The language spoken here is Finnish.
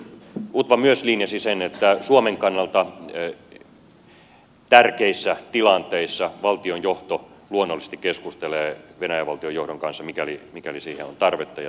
utva myös linjasi sen että suomen kannalta tärkeissä tilanteissa valtion johto luonnollisesti keskustelee venäjän valtion johdon kanssa mikäli siihen on tarvetta ja siitä on apua